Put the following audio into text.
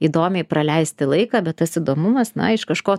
įdomiai praleisti laiką bet tas įdomumas na iš kažko